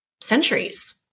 centuries